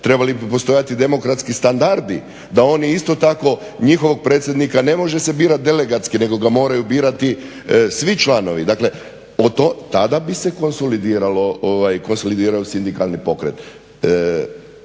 Trebali bi postojati demokratski standardi da oni isto tako, njihovog predsjednika ne može se birati delegatski nego ga moraju birati svi članovi. Dakle, tada bi se konsolidirao sindikalni pokret